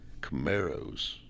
Camaros